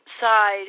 side